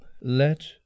let